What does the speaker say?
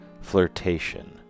flirtation